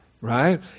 right